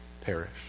perish